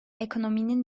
ekonominin